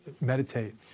meditate